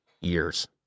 years